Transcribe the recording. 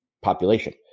population